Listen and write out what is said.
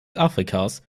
afrikas